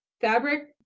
fabric